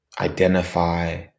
identify